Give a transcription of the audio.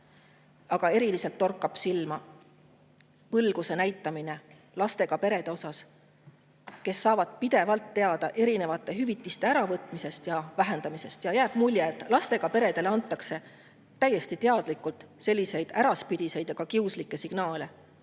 Aga eriliselt torkab silma põlguse näitamine lastega perede vastu, kes saavad pidevalt teada erinevate hüvitiste äravõtmisest ja vähendamisest. Jääb mulje, et lastega peredele antakse täiesti teadlikult selliseid äraspidiseid ja kiuslikke signaale.